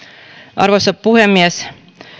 arvoisa puhemies